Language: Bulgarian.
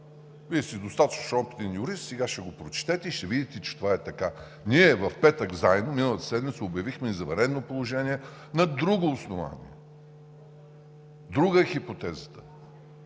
Вие сте достатъчно опитен юрист, сега ще го прочетете и ще видите, че това е така. Ние в петък заедно миналата седмица обявихме извънредно положение на друго основание, друга е хипотезата.